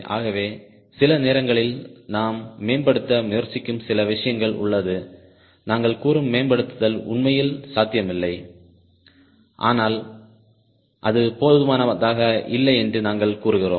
ஆகவே சில நேரங்களில் நாம் மேம்படுத்த முயற்சிக்கும் சில விஷயங்கள் உள்ளது நாங்கள்கூறும் மேம்படுத்துதல் உண்மையில் சாத்தியமில்லை ஆனால் அது போதுமானதாக இல்லை என்று நாங்கள் கூறுகிறோம்